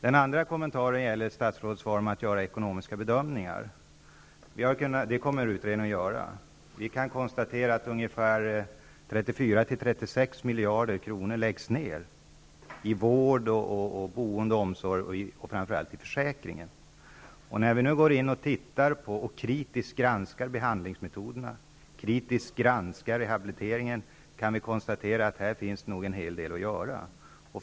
Min andra kommentar gäller det statsrådet sade om att göra ekonomiska bedömningar. Sådana kommer utredningen att göra. Vi kan konstatera att mellan 34 och 36 miljarder kronor läggs ner på vård, boende, omsorg och framför allt försäkringar. När vi nu kritiskt granskar behandlingsmetoderna och rehabiliteringen kan vi konstatera att det här finns en hel del att göra.